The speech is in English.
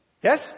yes